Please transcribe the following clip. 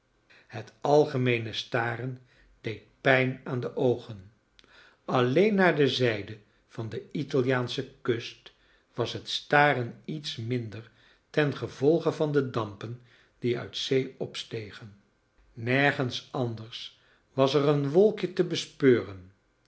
het algemeene staren deed pijn aan de o ogen a lleen naar de z ij de van de italiaansche kust was het staren iets minder tengevolge van de dampen die uit zee opstegen nergens anders was er een wolkje te bespeuren